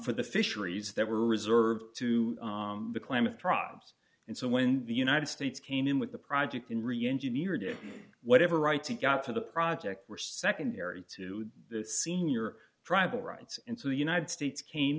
for the fisheries that were reserved to the claim of tribes and so when the united states came in with the project in reengineered it whatever rights it got to the project were secondary to the senior tribal rights and so the united states came